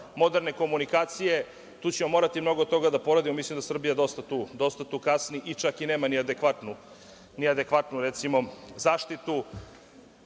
moderne komunikacije. Tu ćemo morati mnogo toga da poradimo, mislim da Srbija tu dosta kasni i nema čak ni adekvatnu zaštitu.